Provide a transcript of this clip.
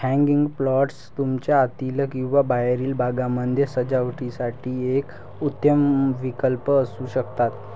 hanging planters तुमच्या आतील किंवा बाहेरील भागामध्ये सजावटीसाठी एक उत्तम विकल्प असू शकतात